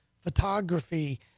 photography